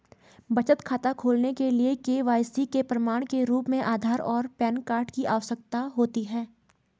बचत खाता खोलने के लिए के.वाई.सी के प्रमाण के रूप में आधार और पैन कार्ड की आवश्यकता होती है